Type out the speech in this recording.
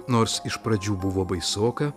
nors iš pradžių buvo baisoka